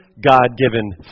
God-given